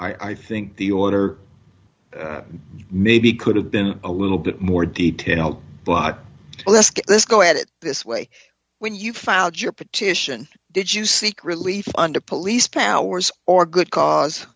i think the order maybe could have been a little bit more detail but i'll ask this go at it this way when you filed your petition did you seek relief under police powers or good cause